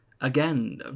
again